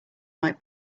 like